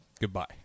Goodbye